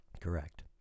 Correct